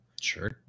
Sure